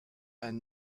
and